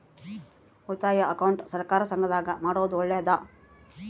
ಉಳಿತಾಯ ಅಕೌಂಟ್ ಸಹಕಾರ ಸಂಘದಾಗ ಮಾಡೋದು ಒಳ್ಳೇದಾ?